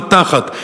מבטחת,